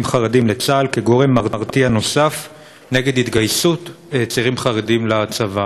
חרדים לצה"ל כגורם מרתיע נוסף נגד התגייסות צעירים חרדים לצבא.